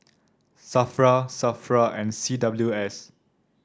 Safra Safra and C W S